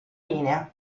linea